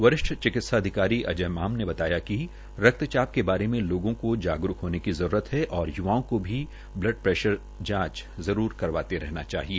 वरिष्ठ चिकित्सा अधिकारी अजय माम ने बताया कि रक्तचाप के बारे लोगों को जागरूक होने की जरूरत है और युवाओं को भी ब्ल्ड प्ररेशर जांच जरूर करवाना चाहिए